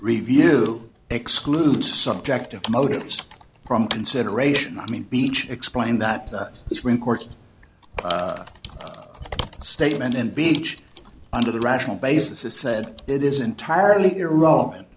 review excludes subjective motives from consideration i mean beach explained that is when courts statement and beach under the rational basis of said it is entirely irrelevant